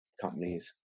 companies